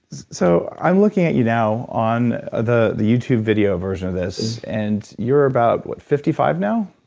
so, i'm looking at you now on the the youtube video version of this, and you're about what fifty five now?